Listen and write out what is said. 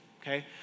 okay